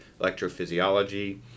electrophysiology